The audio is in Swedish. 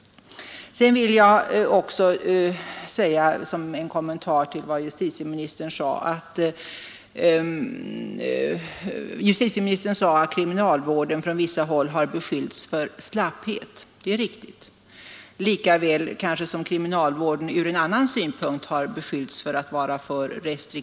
Vidare sade justitieministern att kriminalvården från vissa håll har beskyllts för slapphet. Det är riktigt. Det är också riktigt att kriminalvården från en annan synpunkt har beskyllts för att vara för sträng.